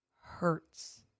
hurts